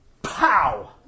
Pow